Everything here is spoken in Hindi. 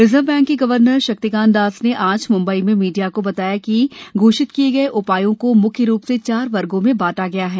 रिजर्व बैंक के गवर्नर शक्तिकांत दास ने आज मंबई में मीडिया को बताया कि आज घोषित किए गए उपायों को मुख्य रूप से चार वर्गों में बांटा गया है